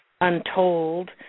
Untold